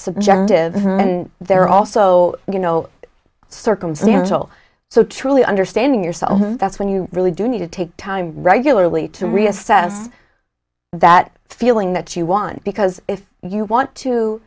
subjective and they're also you know circumstantial so truly understanding yourself that's when you really do need to take time regularly to reassess that feeling that you want because if you want to